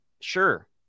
Sure